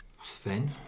Sven